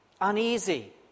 uneasy